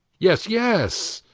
yes, yes,